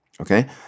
okay